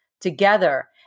together